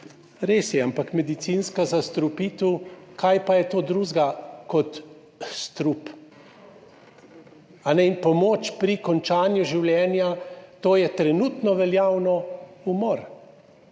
Res je, ampak medicinska zastrupitev, kaj pa je to drugega kot strup. Pomoč pri končanju življenja, to je trenutno veljavno umor,